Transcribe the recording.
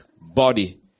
body